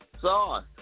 Sauce